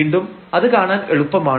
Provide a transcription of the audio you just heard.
വീണ്ടും അത് കാണാൻ എളുപ്പമാണ്